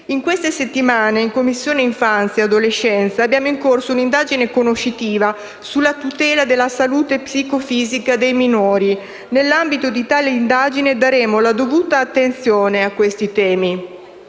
In queste settimane, in Commissione infanzia e adolescenza, è in corso un'indagine conoscitiva sulla tutela della salute psicofisica dei minori nell'ambito della quale presteremo la dovuta attenzione a questi temi.